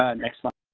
next slide.